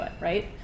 right